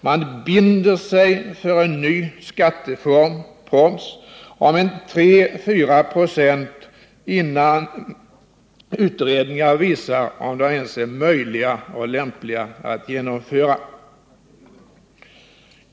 Man binder sig för en ny skatteform — proms — på 34 96, innan utredningar visat om den ens är möjlig och lämplig att genomföra.